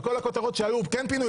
על כל הכותרות שהיו - כן פינוי,